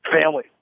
family